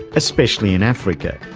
especially in africa.